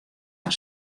fan